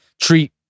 treat